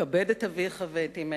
כבד את אביך ואת אמך.